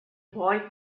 boy